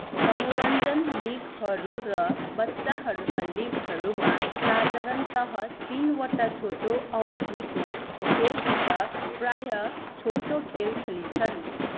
मनोरञ्जन लिगहरू र बच्चाहरूका लीगहरूमा साधारणतः तिनवटा छोटो अवधिको खेलसित प्रायः छोटो खेल खेलिन्छन्